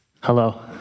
Hello